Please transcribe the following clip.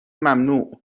ممنوع